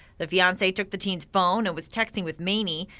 the fiance took the teen's phone and was texting with maney.